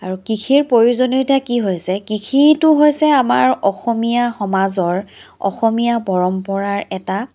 আৰু কৃষিৰ প্ৰয়োজনীয়তা কি হৈছে কৃষিটো হৈছে আমাৰ অসমীয়া সমাজৰ অসমীয়া পৰম্পৰাৰ এটা